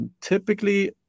Typically